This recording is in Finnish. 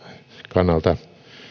kannalta